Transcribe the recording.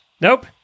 Nope